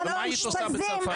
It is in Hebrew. מה היית עושה בצרפת?